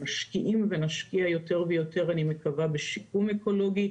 משקיעים ואני מקווה שנשקיע יותר ויותר בשיקום אקולוגי.